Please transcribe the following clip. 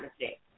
mistake